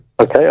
Okay